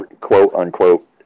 quote-unquote